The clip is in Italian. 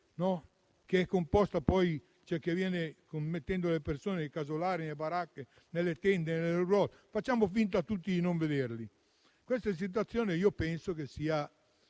esplicita mettendo le persone nei casolari, nelle baracche, nelle tende e nelle roulotte. Facciamo finta tutti di non vederli. Questa situazione penso sia